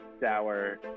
sour